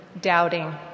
doubting